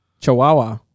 Chihuahua